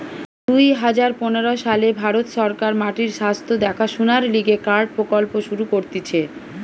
দুই হাজার পনের সালে ভারত সরকার মাটির স্বাস্থ্য দেখাশোনার লিগে কার্ড প্রকল্প শুরু করতিছে